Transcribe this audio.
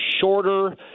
shorter